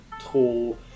tall